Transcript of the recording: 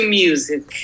music